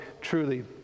truly